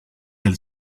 del